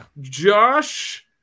Josh